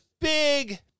Big